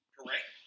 Correct